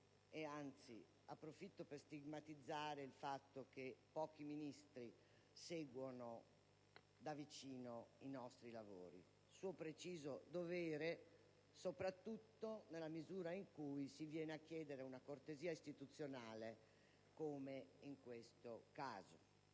lavoro (approfitto per stigmatizzare il fatto che pochi Ministri seguano da vicino i nostri lavori). È suo preciso dovere, soprattutto nella misura in cui si viene a chiedere una cortesia istituzionale come in questo caso.